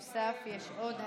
בנוסף, יש עוד הצמדה,